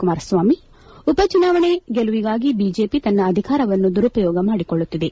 ಕುಮಾರಸ್ವಾಮಿ ಉಪಚುನಾವಣೆ ಗೆಲುವಿಗಾಗಿ ಬಿಜೆಪಿ ತನ್ನ ಅಧಿಕಾರವನ್ನು ದುರುಪಯೋಗ ಮಾಡಿಕೊಳ್ಳುತ್ತಿದೆ